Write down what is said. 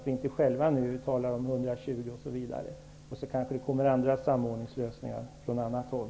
Vi talar här och nu om 120 km i timmen, men det kan också komma förslag till samordningslösningar från annat håll.